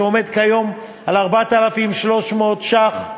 שעומד כיום על 4,300 שקל,